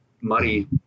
muddy